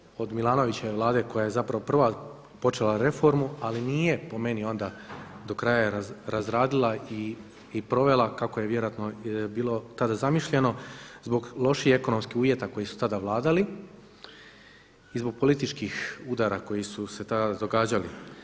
Za razliku od Milanovićeve vlade koja je zapravo prva počela reformu ali nije po meni onda do kraja razradila i provela kako je vjerojatno bilo tada zamišljeno zbog loših ekonomskih uvjeta koji su tada vladali i zbog političkih udara koji su se tada događali.